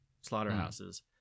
slaughterhouses